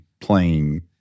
playing